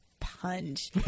punch